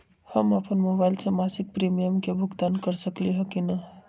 हम अपन मोबाइल से मासिक प्रीमियम के भुगतान कर सकली ह की न?